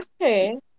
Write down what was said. okay